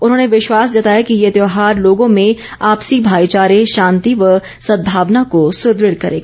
उन्होंने विश्वास जताया कि ये त्यौहार लोगों में आपसी भाई चारे शांति व सदभावना को सुदृढ करेगा